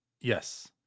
Yes